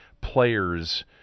players